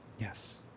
Yes